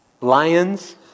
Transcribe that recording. Lions